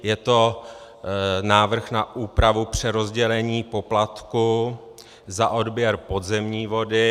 Je to návrh na úpravu přerozdělení poplatku za odběr podzemní vody.